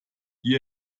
die